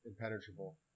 impenetrable